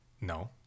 No